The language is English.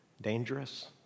dangerous